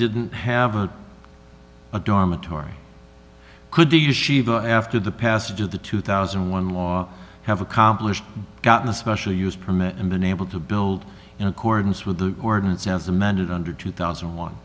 didn't have a dormitory could do you shiva after the passage of the two thousand and one law have accomplished gotten a special use permit and been able to build in accordance with the ordinance as amended under two thousand and one